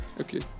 Okay